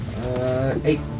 eight